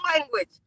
language